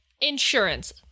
Insurance